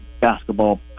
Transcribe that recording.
basketball